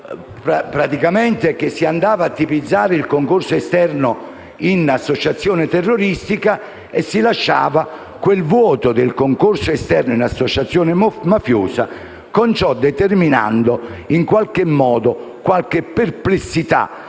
che si andava a tipizzare il concorso esterno in associazione terroristica e si lasciava quel vuoto del concorso esterno in associazione mafiosa, con ciò determinando, in qualche modo, qualche perplessità